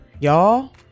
y'all